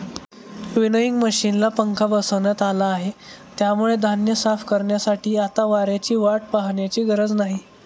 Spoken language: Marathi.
विनोइंग मशिनला पंखा बसवण्यात आला आहे, त्यामुळे धान्य साफ करण्यासाठी आता वाऱ्याची वाट पाहण्याची गरज नाही